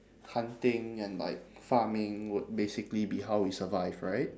hunting and like farming would basically be how we survive right